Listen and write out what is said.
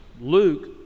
Luke